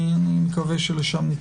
אני מקווה שלשלם זה יתקדם.